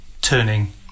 turning